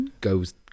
Goes